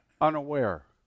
unaware